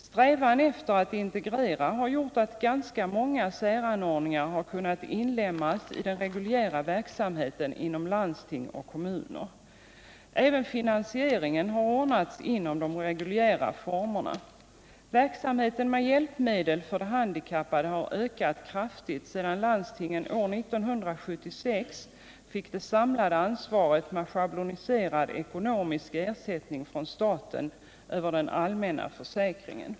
Strävan efter att integrera har gjort att ganska många säranordningar har kunnat inlemmas i den reguljära verksamheten inom landsting och kommuner. Även finansieringen har ordnats inom de reguljära formerna. Verksamheten med hjälpmedel för handikappade har ökat kraftigt sedan landstingen 1976 fick det samlade ansvaret med schabloniserad ekonomisk ersättning från staten över den allmänna försäkringen.